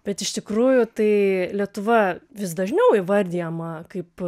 bet iš tikrųjų tai lietuva vis dažniau įvardijama kaip